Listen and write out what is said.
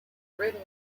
written